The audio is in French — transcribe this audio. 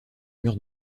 mur